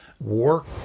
work